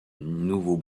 nouveau